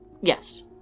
Yes